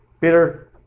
Peter